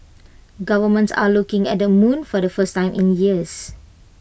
governments are looking at the moon for the first time in years